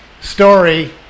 story